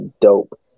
dope